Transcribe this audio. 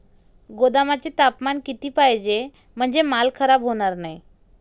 गोदामाचे तापमान किती पाहिजे? म्हणजे माल खराब होणार नाही?